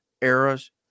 eras